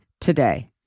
today